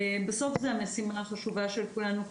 בסוף זאת המשימה החשובה של כולנו כמדינה.